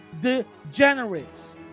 degenerates